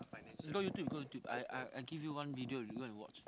go YouTube go YouTube I give you one video you go and watch